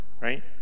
right